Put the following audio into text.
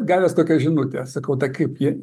gavęs tokią žinutę sakau tai kaip jie